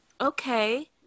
Okay